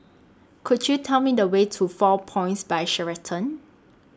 Could YOU Tell Me The Way to four Points By Sheraton